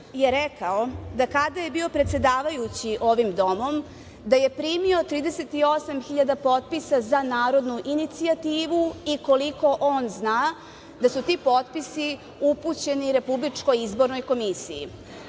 je rekao, kada je bio predsedavajući ovim domom da je primio 38.000 potpisa za narodnu inicijativu i koliko on zna, da su ti potpisi upućeni Republičkoj izbornoj komisiji.